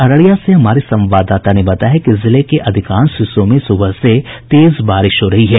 अररिया से हामरे संवाददाता ने बताया है कि जिले के अधिकांश हिस्सों में सुबह से तेज बारिश हो रही है